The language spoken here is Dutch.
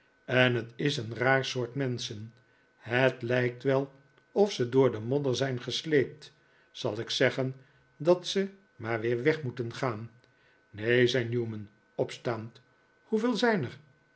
en het is een raar soort menschen het lijkt wel of ze door den modder zijn gesleept zal ik zeggen dat ze maar weer weg moeten gaan neen zei newman opstaand hoeveel zijn er